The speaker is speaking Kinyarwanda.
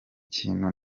kintu